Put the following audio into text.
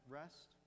rest